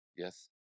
Yes